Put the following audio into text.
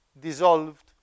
dissolved